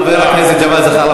חבר הכנסת ג'מאל זחאלקה,